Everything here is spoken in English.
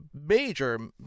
major